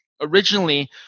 Originally